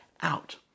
out